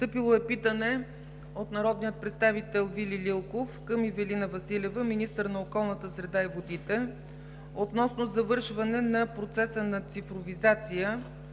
2016 г.; - народния представител Вили Лилков към Ивелина Василева – министър на околната среда и водите, относно завършване на процеса на цифровизация